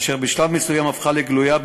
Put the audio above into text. אשר בשלב מסוים הפכה לגלויה.